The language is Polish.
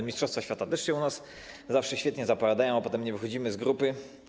Mistrzostwa świata też się u nas zawsze świetnie zapowiadają, a potem nie wychodzimy z grupy.